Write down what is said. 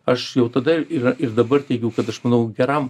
aš jau tada yra ir ir dabar teigiu kad aš manau geram